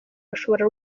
bashobora